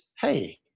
hey